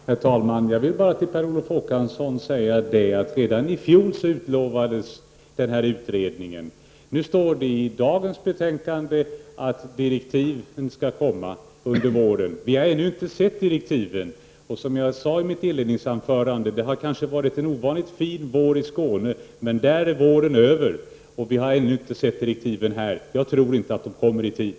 Herr talman! Jag vill bara till Per Olof Håkansson säga att den här utredningen utlovades redan i fjol. Nu står i det betänkande som behandlas i dag att direktiven skall komma under våren. Vi har ännu inte sett direktiven. Det har kanske varit en ovanligt fin vår i Skåne, vilket jag sade i mitt inledningsanförande. Men där är våren nu över, och vi har ännu inte sett direktiven. Jag tror inte att de kommer i tid.